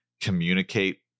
Communicate